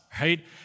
right